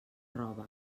roba